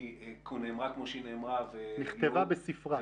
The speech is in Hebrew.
נאמרה כמו שהיא נאמרה --- נכתבה בספרה.